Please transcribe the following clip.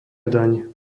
daň